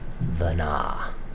Vana